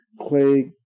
Clay